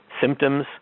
symptoms